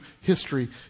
history